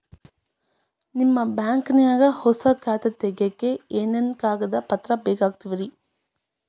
ನಿಮ್ಮ ಬ್ಯಾಂಕ್ ನ್ಯಾಗ್ ಹೊಸಾ ಖಾತೆ ತಗ್ಯಾಕ್ ಏನೇನು ಕಾಗದ ಪತ್ರ ಬೇಕಾಗ್ತಾವ್ರಿ?